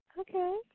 okay